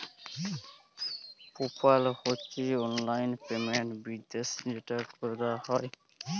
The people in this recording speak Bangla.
পে পাল হছে অললাইল পেমেল্ট বিদ্যাশে যেট ক্যরা হ্যয়